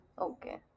Okay